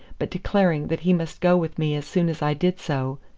but declaring that he must go with me as soon as i did so,